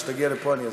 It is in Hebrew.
כשתגיע לפה אני אסביר.